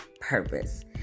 purpose